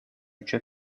üçe